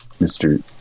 Mr